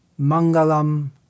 Mangalam